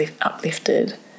uplifted